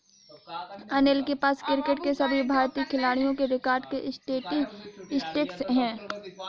अनिल के पास क्रिकेट के सभी भारतीय खिलाडियों के रिकॉर्ड के स्टेटिस्टिक्स है